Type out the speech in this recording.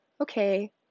okay